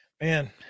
Man